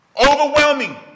Overwhelming